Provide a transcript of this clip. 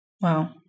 Wow